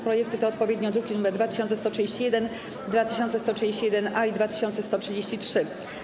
Projekty to odpowiednio druki nr 2131, 2131-A i 2133.